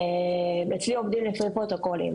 אצלי עובדים לפי פרוטוקולים,